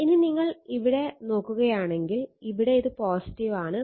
ഇനി നിങ്ങൾ ഇവിടെ നോക്കുകയാണെങ്കിൽ ഇവിടെ ഇത് ആണ്